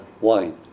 wine